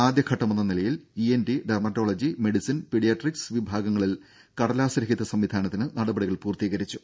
ആദ്യഘട്ടമെന്ന നിലയിൽ ENT dermatology medicine paediatrics വിഭാഗങ്ങളിൽ കടലാസ് രഹിത സംവിധാനത്തിന് നടപടികൾ പൂർത്തീകരിച്ചു